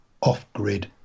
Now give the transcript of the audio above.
off-grid